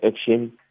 action